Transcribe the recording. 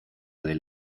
del